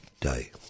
day